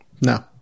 No